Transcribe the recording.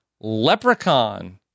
Leprechaun